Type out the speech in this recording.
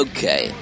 Okay